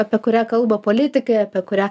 apie kurią kalba politikai apie kurią